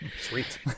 Sweet